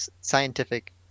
scientific